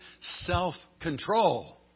self-control